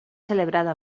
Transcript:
celebrada